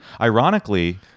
Ironically